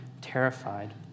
terrified